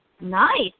Nice